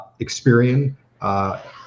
Experian